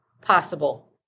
possible